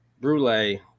Brulee